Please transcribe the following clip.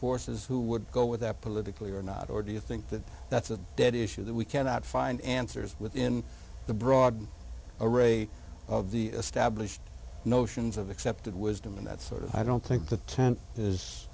forces who would go with that politically or not or do you think that that's a dead issue that we cannot find answers within the broad array of the established notions of accepted wisdom and that sort of i don't think the tent is